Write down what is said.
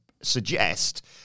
suggest